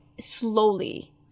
slowly